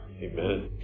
Amen